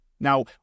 Now